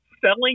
selling